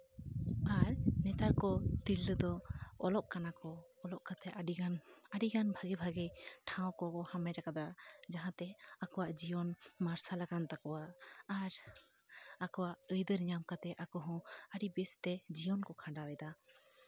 ᱟᱨ ᱱᱮᱛᱟᱨ ᱠᱚ ᱛᱤᱨᱞᱟᱹ ᱫᱚ ᱚᱞᱚᱜ ᱠᱟᱱᱟ ᱠᱚ ᱚᱞᱚᱜ ᱠᱟᱛᱮ ᱟᱹᱰᱤᱜᱟᱱ ᱟᱹᱰᱤᱜᱟᱱ ᱵᱷᱟᱜᱮ ᱵᱷᱟᱜᱮ ᱴᱷᱟᱶ ᱠᱚ ᱦᱟᱢᱮᱴ ᱠᱟᱫᱟ ᱡᱟᱦᱟᱸ ᱛᱮ ᱟᱠᱚᱣᱟᱜ ᱡᱤᱭᱚᱱ ᱢᱟᱨᱥᱟᱞ ᱟᱠᱟᱱ ᱛᱟᱠᱚᱣᱟ ᱟᱨ ᱟᱠᱚᱣᱟᱜ ᱟᱹᱭᱫᱟᱹᱨ ᱧᱟᱢ ᱠᱟᱛᱮ ᱟᱠᱚ ᱦᱚᱸ ᱟᱹᱰᱤ ᱵᱮᱥᱛᱮ ᱡᱤᱭᱚᱱ ᱠᱚ ᱠᱷᱟᱱᱰᱟᱣ ᱮᱫᱟ